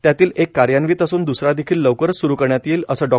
त्यातील एक कार्यान्वित असून द्सरा देखील लवकरच स्रू करण्यात येईल असं डॉ